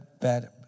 bad